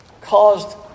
caused